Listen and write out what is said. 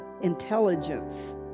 intelligence